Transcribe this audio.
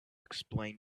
explain